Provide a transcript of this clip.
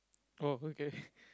oh okay